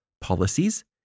policies